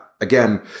again